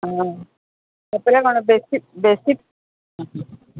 ହଁ ସେପଟେ କ'ଣ ବେଶୀ ବେଶୀ ହୁଁ